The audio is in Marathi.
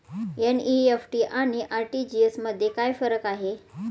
एन.इ.एफ.टी आणि आर.टी.जी.एस मध्ये काय फरक आहे?